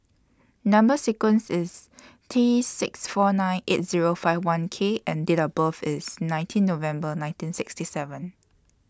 Number sequence IS T six four nine eight Zero five one K and Date of birth IS nineteen November nineteen sixty seven